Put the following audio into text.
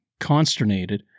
consternated